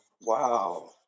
Wow